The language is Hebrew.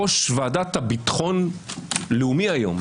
ראש ועדת הביטחון לאומי היום,